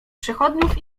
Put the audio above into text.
przechodniów